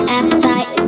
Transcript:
appetite